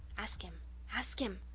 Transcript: ask him ask him,